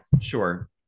sure